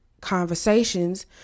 conversations